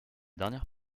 dernière